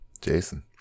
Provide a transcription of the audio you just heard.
Jason